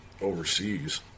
overseas